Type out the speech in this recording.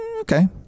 Okay